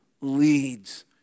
leads